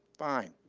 fine.